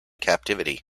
captivity